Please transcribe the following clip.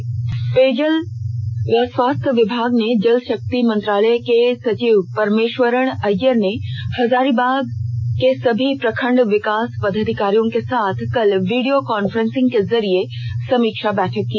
Hazaribagh special story पेयजल व स्वच्छता विभाग जल शक्ति मंत्रालय के सचिव परमेष्वरन अय्यर ने हजारीबाग के सभी प्रखंड विकास पदाधिकारियों के साथ कल वीडियो काफ्रेंसिंग के जरिये समीक्षा बैठक की